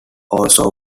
also